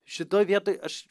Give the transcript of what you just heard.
šitoj vietoj aš